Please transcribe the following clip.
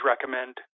recommend